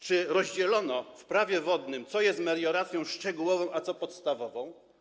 Czy rozdzielono w Prawie wodnym to, co jest melioracją szczegółową, a co podstawową?